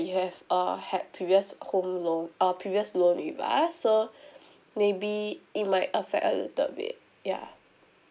you have uh had previous home loan uh previous loan with us so maybe it might affect a little bit ya